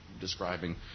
describing